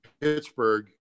Pittsburgh